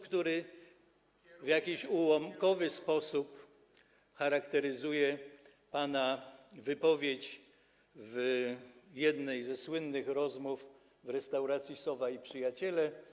który jakoś, ułamkowo, charakteryzuje pana wypowiedź w jednej ze słynnych rozmów w restauracji Sowa i Przyjaciele.